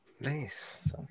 Nice